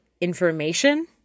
information